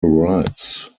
rights